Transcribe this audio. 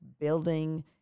building